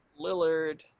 Lillard